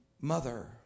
mother